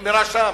נאמרה שם.